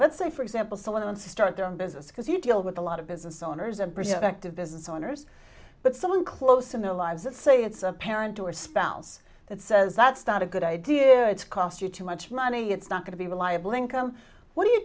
let's say for example someone and start their own business because you deal with a lot of business owners and perspective business owners but someone close in their lives it's a it's a parent or spouse that says that's not a good idea it's cost you too much money it's not going to be reliable income what do you